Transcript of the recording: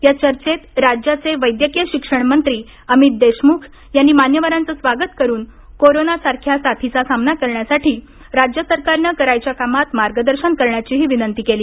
या चर्चेत राज्याचे वैद्यकीय शिक्षण मंत्री अमित देशमुख यांनी मान्यवरांचं स्वागत करुन कोरोना सारख्या साथीचा सामना करण्यासाठी राज्य सरकारनं करायच्या कामात मार्गदर्शन करण्याची विनंतीही केली